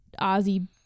Ozzy